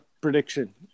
prediction